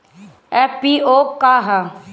FPO का ह?